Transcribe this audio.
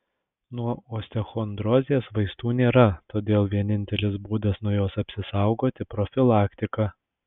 nuo osteochondrozės vaistų nėra todėl vienintelis būdas nuo jos apsisaugoti profilaktika